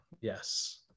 yes